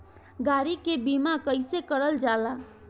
गाड़ी के बीमा कईसे करल जाला?